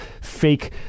fake